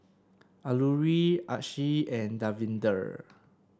Alluri Akshay and Davinder